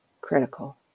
critical